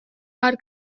are